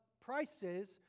prices